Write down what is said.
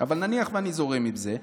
אבל נניח שאני זורם עם זה.